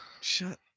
Shut